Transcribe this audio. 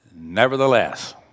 nevertheless